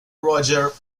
roger